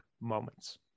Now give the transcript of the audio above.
moments